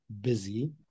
busy